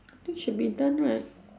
I think should be done right